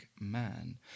man